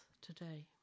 today